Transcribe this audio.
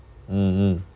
mm mm